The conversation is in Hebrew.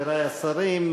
חברי השרים,